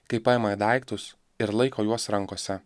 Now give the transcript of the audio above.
kaip paima daiktus ir laiko juos rankose